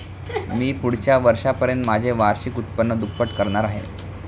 मी पुढच्या वर्षापर्यंत माझे वार्षिक उत्पन्न दुप्पट करणार आहे